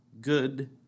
good